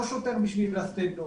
לא שוטר בשביל לתת קנס,